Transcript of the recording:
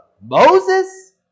Moses